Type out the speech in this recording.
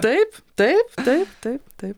taip taip taip taip taip